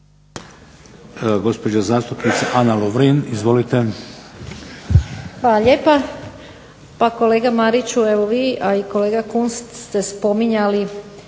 Hvala.